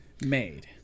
made